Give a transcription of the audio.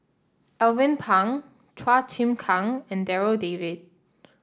Alvin Pang Chua Chim Kang and Darryl David